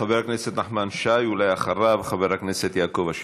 חבר הכנסת נחמן שי, ואחריו, חבר הכנסת יעקב אשר.